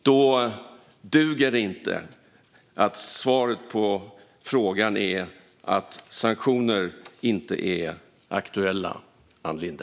Då duger det inte att ge svaret att sanktioner inte är aktuella, Ann Linde.